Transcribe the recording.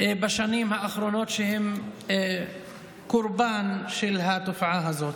בשנים האחרונות הן קורבן של התופעה הזאת.